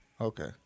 Okay